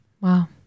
Wow